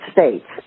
States